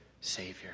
savior